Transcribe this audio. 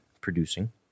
producing